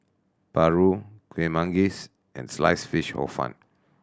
paru Kueh Manggis and Sliced Fish Hor Fun